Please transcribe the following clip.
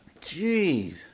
Jeez